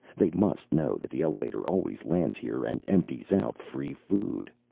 they must know that the elevator always lands here and empties out free food.